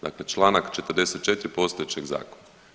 Dakle, Članak 44. postojećeg zakona.